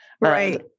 right